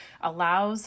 allows